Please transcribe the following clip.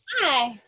Hi